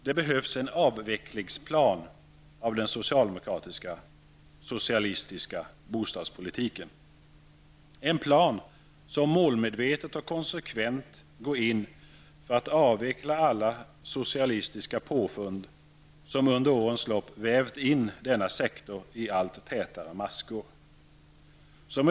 Det behövs en avvecklingsplan för den socialistiska bostadspolitiken, en plan som målmedvetet och konsekvent går in för att avveckla alla socialistiska påfund som under årens lopp vävt in denna sektor i allt tätare maskor.